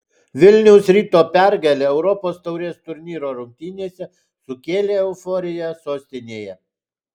vilniaus ryto pergalė europos taurės turnyro rungtynėse sukėlė euforiją sostinėje